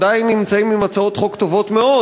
עדיין נמצאים עם הצעות חוק טובות מאוד,